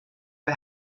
bei